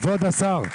כבוד השר.